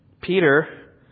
Peter